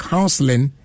Counseling